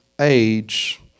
age